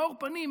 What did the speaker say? במאור פנים.